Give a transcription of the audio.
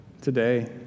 today